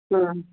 ହଁ